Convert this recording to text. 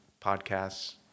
podcasts